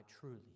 truly